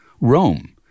Rome